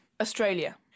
Australia